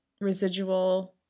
residual